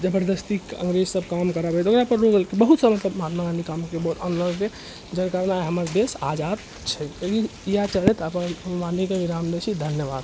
जबरदस्ती अंग्रेज सब काम कराबै रहै तऽ ओकरापर रोक बहुत सारा महात्मा गांधी काम करलेकै जकर कारण आइ हमर देश आजाद छै इएह कहैत हम अपन वाणीके विराम दै छी धन्यवाद